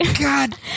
God